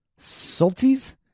Salties